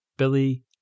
Billy